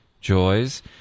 joys